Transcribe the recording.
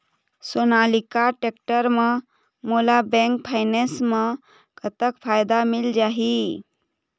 Sonalika tractor म मोला bank finance म कतक फायदा मिल जाही?